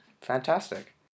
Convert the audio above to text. Fantastic